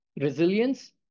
resilience